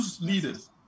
leaders